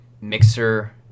Mixer